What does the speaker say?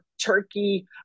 Turkey